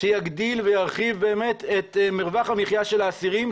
שיגדיל וירחיב באמת את מרווח המחיה של האסירים,